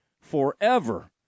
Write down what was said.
forever